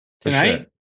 tonight